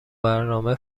برنامه